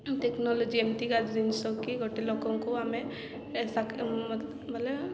technology ଏମିତିକା ଜିନିଷ କି ଗୋଟେ ଲୋକଙ୍କୁ ଆମେ